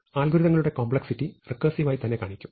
അൽഗോരിതങ്ങളുടെ complexity റെക്കേർസിവായി തന്നെ കാണിക്കും